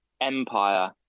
empire